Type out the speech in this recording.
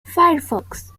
firefox